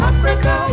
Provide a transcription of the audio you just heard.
Africa